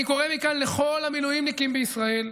אני קורא מכאן לכל המילואימניקים בישראל,